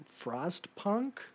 Frostpunk